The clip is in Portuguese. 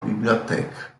biblioteca